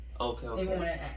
Okay